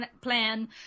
plan